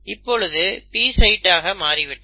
இப்பொழுது இது P சைட்டாக மாறிவிட்டது